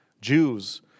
Jews